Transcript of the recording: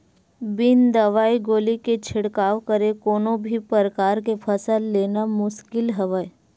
बिन दवई गोली के छिड़काव करे कोनो भी परकार के फसल लेना मुसकिल हवय